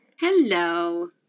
Hello